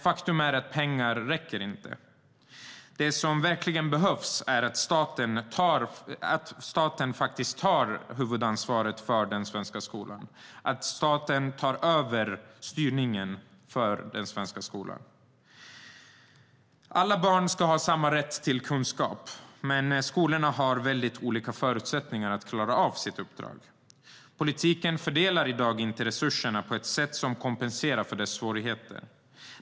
Faktum är dock att pengar inte räcker, utan det som verkligen behövs är att staten faktiskt tar huvudansvaret för den svenska skolan. Staten behöver ta över styrningen av den svenska skolan. Alla barn ska ha samma rätt till kunskap, men skolorna har väldigt olika förutsättningar att klara av sitt uppdrag. Politiken fördelar i dag inte resurserna på ett sätt som kompenserar för dessa svårigheter.